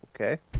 okay